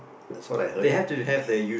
that's what I heard